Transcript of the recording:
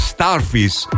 Starfish